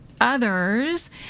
others